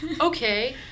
Okay